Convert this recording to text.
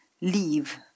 leave